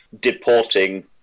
deporting